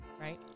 right